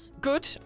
good